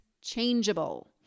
changeable